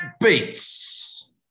beats